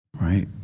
right